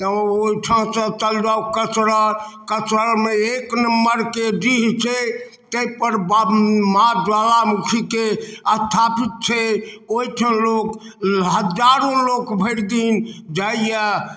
ओहिठामसँ चलि जाउ कचहर कचहरमे एक नम्बरके डीह छै ताहिपर माँ ज्वालामुखीके स्थापित छै ओहिठाम लोक हजारो लोक भरि दिन जाइए